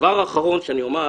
דבר אחרון שאני אומר: